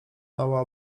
mała